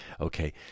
okay